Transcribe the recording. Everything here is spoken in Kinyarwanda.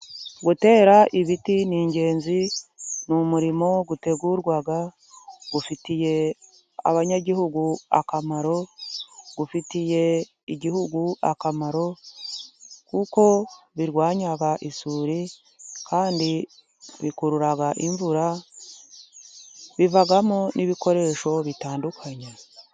Gutera ibiti ni ingenzi ni umurimo utegurwa ufitiye abanyagihugu akamaro, ufitiye igihugu akamaro kuko birwanya isuri, kandi bikurura imvura, bivamo n'ibikoresho bitandukanye.